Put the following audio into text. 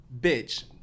bitch